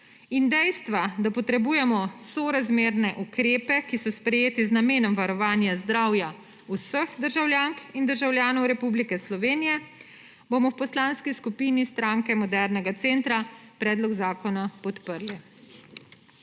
in dejstva, da potrebujemo sorazmerne ukrepe, ki so sprejeti z namenom varovanja zdravja vseh državljank in državljanov Republike Slovenije, bomo v Poslanski skupini Stranke modernega centra predlog zakona podprli.